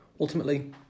Ultimately